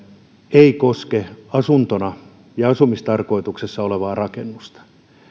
ei koske asumistarkoituksessa olevaa rakennusta